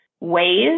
ways